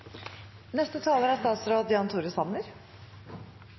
Neste taler er